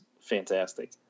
fantastic